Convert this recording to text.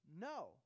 no